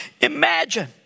imagine